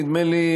נדמה לי,